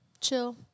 chill